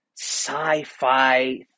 sci-fi